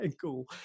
cool